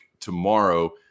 tomorrow